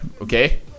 okay